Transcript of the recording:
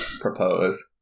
propose –